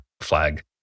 flag